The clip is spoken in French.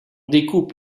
découpe